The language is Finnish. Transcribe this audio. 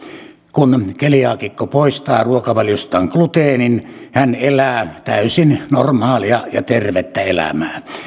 kun keliaakikko poistaa ruokavaliostaan gluteenin hän elää täysin normaalia ja tervettä elämää